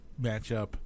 matchup